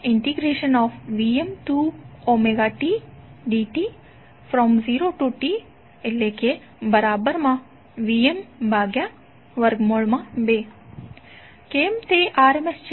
Vrms1T0TVm2ωt dtVm2T0T1ωt dt Vm2 કેમ તે RMS છે